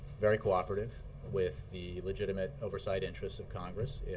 very cooperative with the legitimate oversight interest of congress,